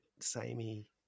samey